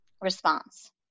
response